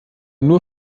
nur